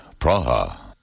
Praha